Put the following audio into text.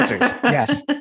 Yes